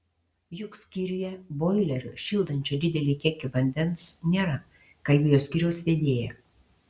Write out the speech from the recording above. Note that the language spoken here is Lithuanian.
juk skyriuje boilerio šildančio didelį kiekį vandens nėra kalbėjo skyriaus vedėja